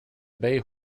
bay